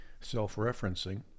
self-referencing